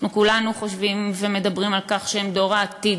אנחנו כולנו חושבים ומדברים על כך שהם דור העתיד,